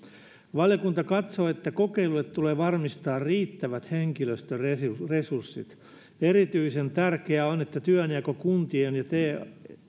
valiokunta katsoo että kokeilulle tulee varmistaa riittävät henkilöstöresurssit erityisen tärkeää on että työnjako kuntien ja te